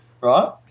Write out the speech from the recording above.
Right